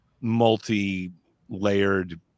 multi-layered